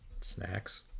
snacks